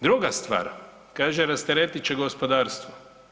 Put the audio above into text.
Druga stvar, kaže rasteretit će gospodarstvo.